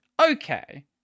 Okay